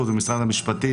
ובכלל זה כנס או מסיבה,